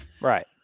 Right